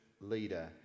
leader